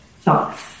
thoughts